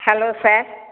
hello sir